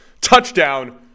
touchdown